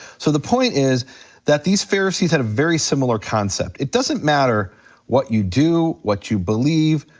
so the point is that these pharisees had a very similar concept. it doesn't matter what you do, what you believe,